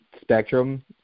spectrum